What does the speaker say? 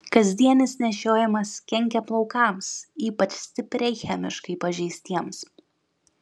kasdienis nešiojimas kenkia plaukams ypač stipriai chemiškai pažeistiems